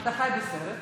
אתה חי בסרט.